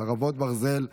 חרבות ברזל),